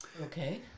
Okay